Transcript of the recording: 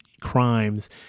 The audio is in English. crimes